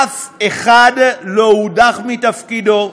אף אחד לא הודח מתפקידו,